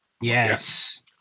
yes